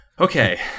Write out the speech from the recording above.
Okay